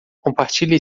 compartilhe